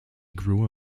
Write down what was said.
grew